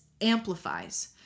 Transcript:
amplifies